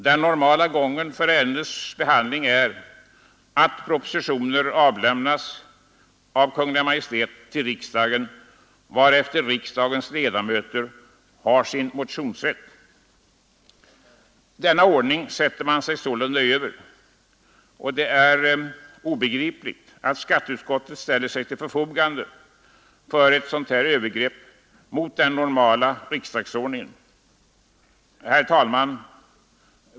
Den normala gången för ärendenas behandling är att propositioner avlämnas av Kungl. Maj:t till riksdagen, varefter riksdagens ledamöter har sin motionsrätt. Denna ordning sätter man sig sålunda över. Det är obegripligt att skatteutskottet ställer sig till förfogande för ett sådant övergrepp mot den normala riksdagsordningen.